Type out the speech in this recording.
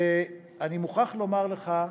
ואני מוכרח לומר לך,